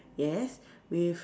yes with